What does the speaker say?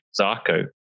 Zarko